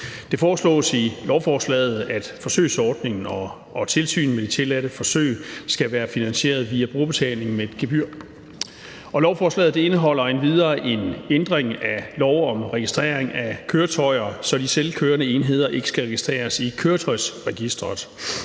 Det foreslås i lovforslaget, at forsøgsordningen og tilsynet med de tilladte forsøg skal være finansieret via brugerbetaling med et gebyr. Lovforslaget indeholder endvidere en ændring af lov om registrering af køretøjer, så de selvkørende enheder ikke skal registreres i Køretøjsregisteret